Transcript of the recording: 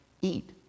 eat